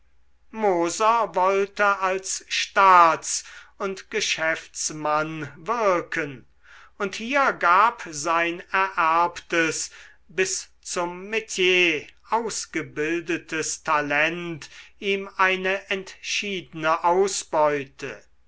moser wollte als staats und geschäftsmann wirken und hier gab sein ererbtes bis zum metier ausgebildetes talent ihm eine entschiedene ausbeute